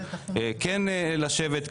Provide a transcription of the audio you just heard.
כן לשבת,